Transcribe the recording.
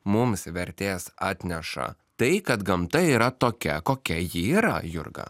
mums vertės atneša tai kad gamta yra tokia kokia ji yra jurga